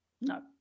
No